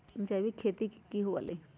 जैविक खेती की हुआ लाई?